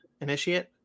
initiate